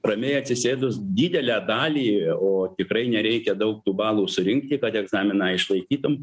ramiai atsisėdus didelę dalį o tikrai nereikia daug tų balų surinkti kad egzaminą išlaikytum